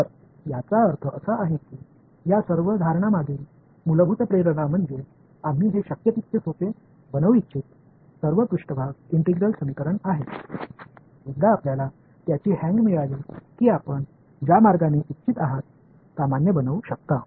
तर याचा अर्थ असा आहे की या सर्व धारणामागील मूलभूत प्रेरणा म्हणजे आम्ही हे शक्य तितके सोपे बनवू इच्छित सर्व पृष्ठभाग इंटिग्रल समीकरण आहे एकदा आपल्याला त्याची हँग मिळाली की आपण ज्या मार्गाने इच्छित आहात सामान्य बनवू शकता